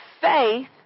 faith